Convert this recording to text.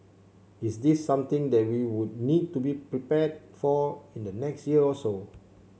is this something that we would need to be prepared for in the next year or so